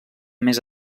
més